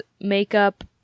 makeup